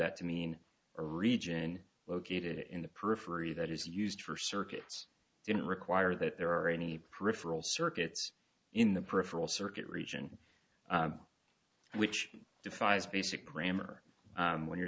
to mean a region located in the periphery that is used for circuits didn't require that there are any peripheral circuits in the peripheral circuit region which defies basic grammar when you're